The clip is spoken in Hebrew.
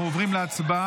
אנחנו עוברים להצבעה.